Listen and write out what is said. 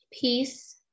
peace